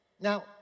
Now